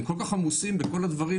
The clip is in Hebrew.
הם כל כך עמוסים בכל הדברים.